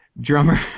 drummer